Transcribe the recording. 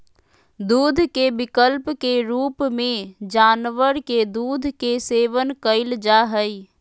दूध के विकल्प के रूप में जानवर के दूध के सेवन कइल जा हइ